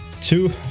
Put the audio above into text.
two